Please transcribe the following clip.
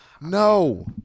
No